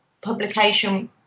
publication